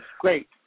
great